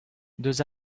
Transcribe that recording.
ouzh